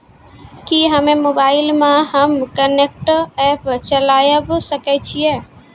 कि हम्मे मोबाइल मे एम कनेक्ट एप्प चलाबय सकै छियै?